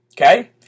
Okay